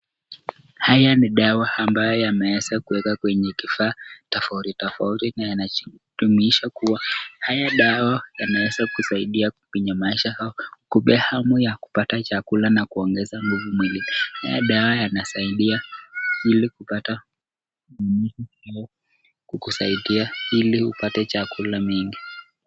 Haya ni dawa ambayo yameweza kuweka kwenye kifaa tofauti tofauti na ana kumaanisha kuwa haya dawa yameweza kunyamaza kupeana hamu ya chakula na kuongeza nguvu mwilini, haya dawa yanasaidia Ili kupata kukusaidia Ili upate chakula mingi.